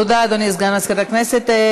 תודה, אדוני סגן מזכירת הכנסת.